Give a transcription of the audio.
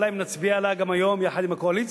אלא אם נצביע עליה גם היום יחד עם הקואליציה.